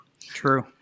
True